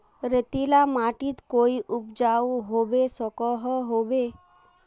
रेतीला माटित कोई उपजाऊ होबे सकोहो होबे?